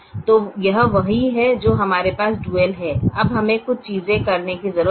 तो यह वही है जो हमारे पास डुअल है अब हमें कुछ चीजें करने की जरूरत है